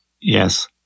yes